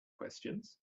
questions